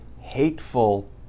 hateful